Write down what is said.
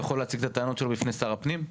הוא יכול להציג את הטענות שלו בפני שר הפנים?